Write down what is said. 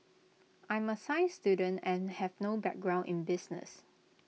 I'm A science student and have no background in business